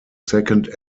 second